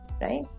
right